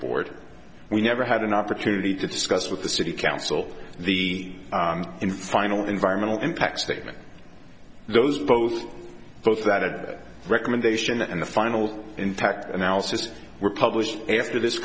board we never had an opportunity to discuss with the city council the in final environmental impact statement those both both that recommendation and the final intact analysis were published after this